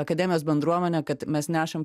akademijos bendruomenę kad mes nešam